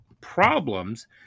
problems